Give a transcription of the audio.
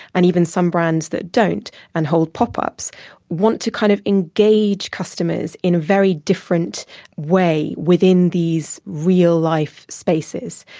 and even some brands that don't and hold pop-ups want to kind of engage customers in a very different way within these real-life spaces.